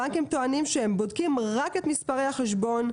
הבנקים טוענים שהם בודקים רק את מספרי החשבון,